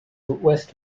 west